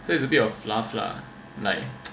so it's a bit of fluff lah like